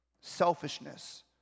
Selfishness